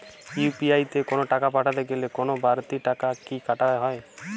UPI দিয়ে কোন টাকা পাঠাতে গেলে কোন বারতি টাকা কি কাটা হয়?